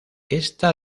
esta